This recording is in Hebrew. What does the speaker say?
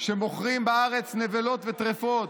שמוכרים בארץ נבלות וטרפות,